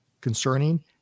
concerning